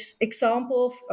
example